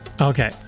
okay